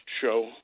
show